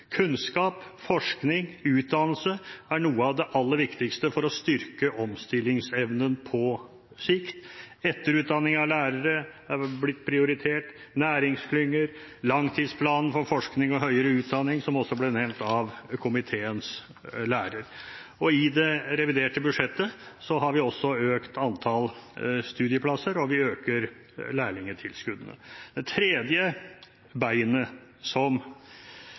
Kunnskap, forskning og utdannelse er noe av det aller viktigste for å styrke omstillingsevnen på sikt. Etterutdanning av lærere har blitt prioritert, næringsklynger, langtidsplanen for forskning og høyere utdanning, som også ble nevnt av komiteens leder. I det reviderte budsjettet har vi også økt antallet studieplasser, og vi øker lærlingtilskuddene. Det tredje beinet